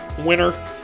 winner